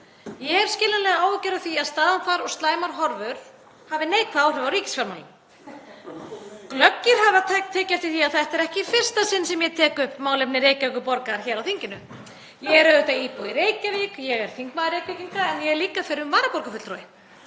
Ég hef skiljanlega áhyggjur af því að staðan þar og slæmar horfur hafi neikvæð áhrif á ríkisfjármálin. Glöggir hafa tekið eftir því að þetta er ekki í fyrsta sinn sem ég tek upp málefni Reykjavíkurborgar hér á þinginu. Ég er auðvitað íbúi í Reykjavík og þingmaður Reykvíkinga, en ég er líka fyrrum varaborgarfulltrúi.